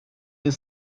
jien